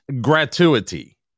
gratuity